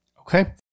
Okay